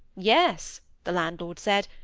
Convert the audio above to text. yes, the landlord said,